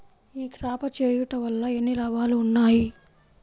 ఈ క్రాప చేయుట వల్ల ఎన్ని లాభాలు ఉన్నాయి?